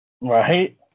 Right